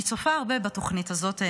אני צופה הרבה בתוכנית הזאת,